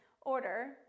order